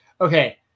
Okay